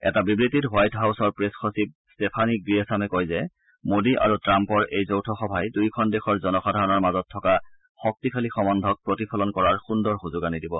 এটা বিবৃতিত হোৱাইট হাউছৰ প্ৰেছ সচিব ট্টফানি গ্ৰীয়েচামে কয় যে মোদী আৰু ট্ৰাম্পৰ এই যৌথ সভাই দুয়োখন দেশৰ জনসাধাৰণৰ মাজত থকা শক্তিশালী সহ্মক প্ৰতিফলন কৰাৰ সুন্দৰ সুযোগ আনি দিব